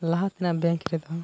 ᱞᱟᱦᱟ ᱛᱮᱱᱟᱜ ᱵᱮᱝᱠ ᱨᱮᱫᱚ